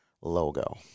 logo